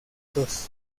dos